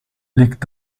liegt